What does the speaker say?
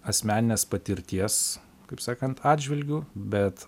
asmeninės patirties kaip sakant atžvilgiu bet